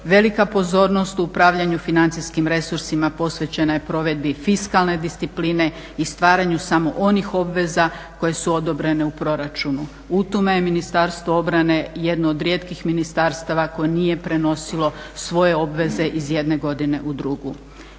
Velika pozornost u upravljanju financijskim resursima posvećena je provedbi fiskalne discipline i stvaranju samo onih obveza koje su odobrene u proračunu. U tome je Ministarstvo obrane jedno od rijetkih ministarstava koje nije prenosilo svoje obveze iz jedne godine u drugu.